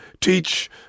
teach